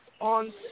on